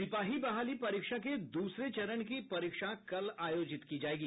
सिपाही बहाली परीक्षा के दूसरे चरण की परीक्षा कल होगी